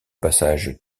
passage